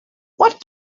what